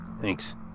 thanks